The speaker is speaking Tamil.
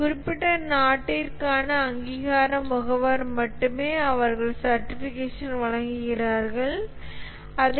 ஒரு குறிப்பிட்ட நாட்டிற்கான அங்கீகார முகவர் மட்டுமே அவர்கள் சர்ட்டிஃபிகேஷன் வழங்குகிறார்கள் அதேசமயம் CMM உண்மையில் எந்த சர்ட்டிஃபிகேஷன் இல்லை